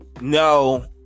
no